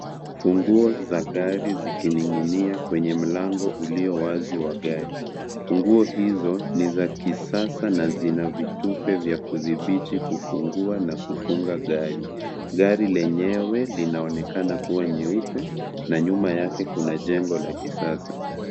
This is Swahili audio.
Funguo za gari zikining'inia kwenye mlango ulio wazi wa gari. Funguo hizo ni za kisasa na zina vitufe za kudhibiti kufungua na kufunga gari. Gari lenyewe linaonekana kuwa nyeupe na nyuma yake kuna jengo la kisasa.